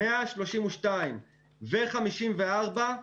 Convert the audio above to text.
132 מיליון ו-54 מיליון,